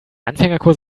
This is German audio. anfängerkurs